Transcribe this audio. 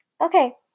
okay